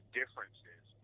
differences